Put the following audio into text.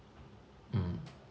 mm